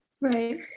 right